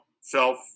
self